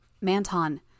Manton